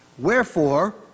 Wherefore